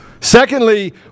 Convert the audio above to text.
Secondly